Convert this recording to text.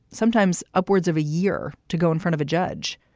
sometimes upwards of a year to go in front of a judge.